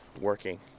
working